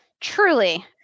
truly